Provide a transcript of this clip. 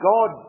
God